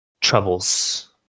troubles